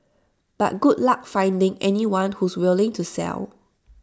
but good luck finding anyone who's willing to sell